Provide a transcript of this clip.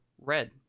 red